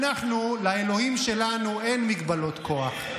לאלוהים שלנו אין מגבלות כוח.